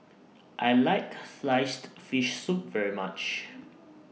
I like Sliced Fish Soup very much